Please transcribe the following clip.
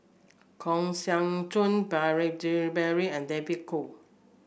Kang Siong Joo Beurel Jean Marie and David Kwo